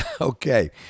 Okay